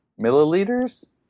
Milliliters